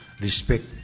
respect